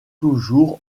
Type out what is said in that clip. toujours